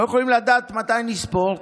אנחנו לא יכולים לדעת מתי נספור.